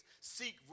seek